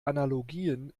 analogien